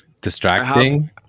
distracting